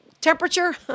temperature